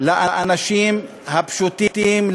לאנשים הפשוטים,